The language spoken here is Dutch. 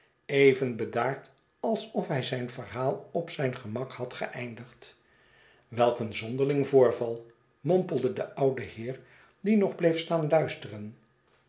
even bedaard alsof hij zijn verhaal op zijn gemak had geeindigd welk een zonderling voorval mompelde de oude heer dienogbleef staan luisteren